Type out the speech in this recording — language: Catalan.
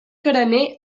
carener